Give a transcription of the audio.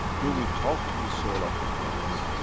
do we talk to the soul of the plants,